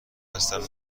هستم